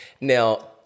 Now